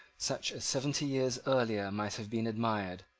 such as seventy years earlier might have been admired,